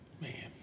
Man